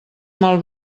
mal